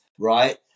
Right